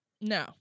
No